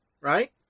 right